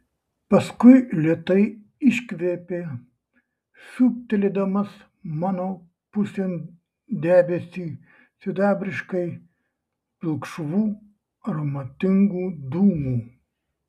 paskui lėtai iškvėpė siūbtelėdamas mano pusėn debesį sidabriškai pilkšvų aromatingų dūmų